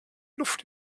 luft